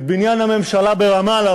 את בניין הממשלה ברמאללה,